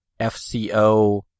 FCO